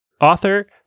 author